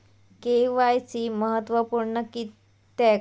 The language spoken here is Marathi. के.वाय.सी महत्त्वपुर्ण किद्याक?